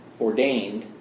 ordained